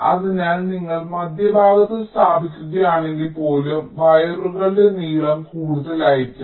അതിനാൽ നിങ്ങൾ മധ്യഭാഗത്ത് സ്ഥാപിക്കുകയാണെങ്കിൽപ്പോലും വയറുകളുടെ നീളം കൂടുതലായിരിക്കാം